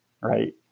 right